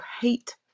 hate